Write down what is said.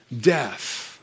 death